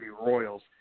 Royals